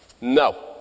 No